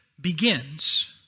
begins